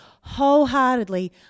wholeheartedly